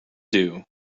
due